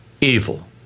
evil